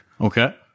Okay